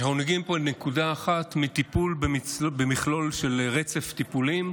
ואנחנו מגיעים פה לנקודה אחת מטיפול במכלול של רצף טיפולים,